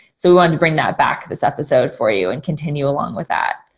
so we wanted to bring that back to this episode for you and continue along with that.